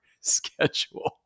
schedule